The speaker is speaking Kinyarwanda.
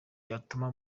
yatuma